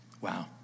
Wow